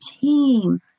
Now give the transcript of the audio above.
team